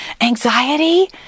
Anxiety